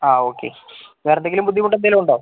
ആ ഓക്കെ വേറെ എന്തെങ്കിലും ബുദ്ധിമുട്ട് എന്തെങ്കിലും ഉണ്ടോ